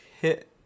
hit